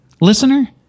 listener